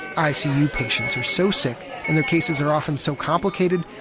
icu patients are so sick and their cases are often so complicated,